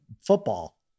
football